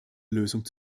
lösung